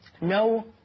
No